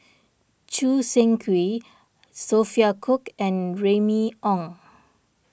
Choo Seng Quee Sophia Cooke and Remy Ong